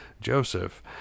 Joseph